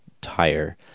tire